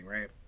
right